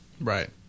right